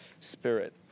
spirit